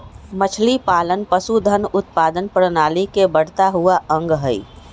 मछलीपालन पशुधन उत्पादन प्रणाली के बढ़ता हुआ अंग हई